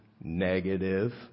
negative